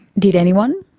did anyone?